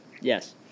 yes